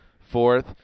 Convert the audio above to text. fourth